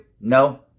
No